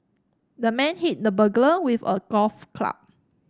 the man hit the burglar with a golf club